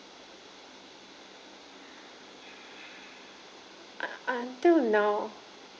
un~ until now